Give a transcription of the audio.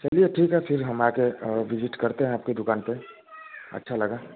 चलिए ठीक है फ़िर हम आकर विजिट करते हैं आपकी दुकान पर अच्छा लगा